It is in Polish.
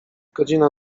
godzina